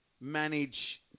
manage